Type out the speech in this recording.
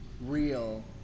real